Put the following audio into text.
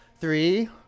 Three